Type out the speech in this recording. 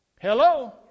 Hello